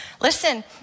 listen